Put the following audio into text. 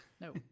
No